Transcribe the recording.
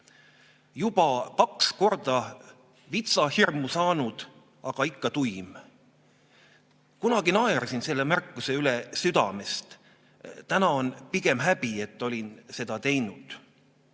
"Juba kaks korda vitsahirmu saanud, aga ikka tuim." Kunagi naersin selle märkuse üle südamest, täna on pigem häbi, et ma seda tegin.